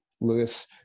Lewis